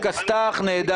זה כסת"ח נהדר,